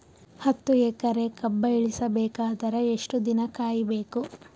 ಹತ್ತು ಎಕರೆ ಕಬ್ಬ ಇಳಿಸ ಬೇಕಾದರ ಎಷ್ಟು ದಿನ ಕಾಯಿ ಬೇಕು?